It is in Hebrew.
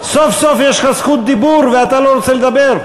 סוף-סוף יש לך זכות דיבור ואתה לא רוצה לדבר?